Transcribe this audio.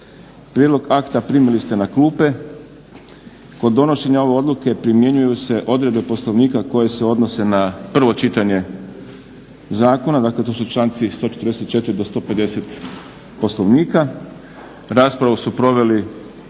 Prijedlog akta primili ste na klupe. Kod donošenja ove odluke primjenjuju se odredbe Poslovnika koje se odnose na prvo čitanje zakona, dakle to su članci 144. do 150. Poslovnika. Raspravu su proveli